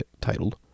titled